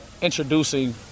introducing